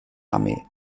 armee